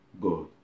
God